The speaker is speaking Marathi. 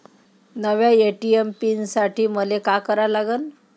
नव्या ए.टी.एम पीन साठी मले का करा लागन?